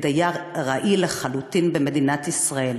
ודייר ארעי לחלוטין במדינת ישראל.